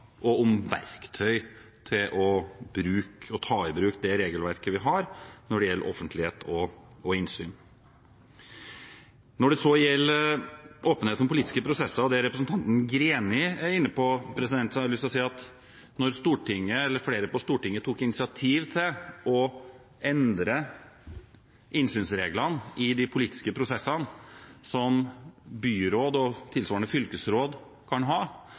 og om verktøy til å ta i bruk det regelverket vi har når det gjelder offentlighet og innsyn. Når det så gjelder åpenhet om politiske prosesser og det representanten Greni var inne på, har jeg lyst til å si at når flere på Stortinget tok initiativ til å endre innsynsreglene i de politiske prosessene som byråd og tilsvarende fylkesråd kan ha,